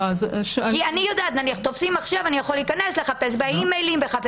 אני יודעת שאם נניח תופסים מחשב אני יכול להיכנס לחפש באימיילים וכו',